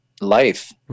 life